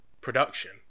production